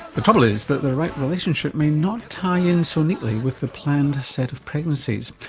the trouble is that the right relationship may not tie in so neatly with the planned set of pregnancies.